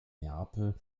neapel